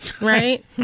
Right